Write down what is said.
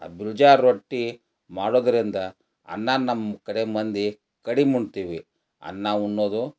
ಆ ಗೊಂಜೋಳ ರೊಟ್ಟಿ ಮಾಡೋದರಿಂದ ಅನ್ನ ನಮ್ಮ ಕಡೆ ಮಂದಿ ಕಡಿಮೆ ಉಣ್ತೀವಿ ಅನ್ನ ಉಣ್ಣೋದು